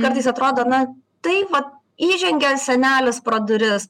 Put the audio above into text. kartais atrodo na taip vat įžengė senelis pro duris